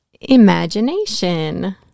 imagination